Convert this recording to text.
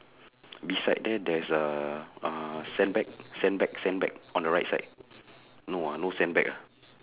beside there there's a sandbag sandbag sandbag on the right side no ah no sandbag ah